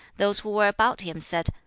those who were about him said,